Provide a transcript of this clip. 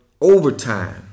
overtime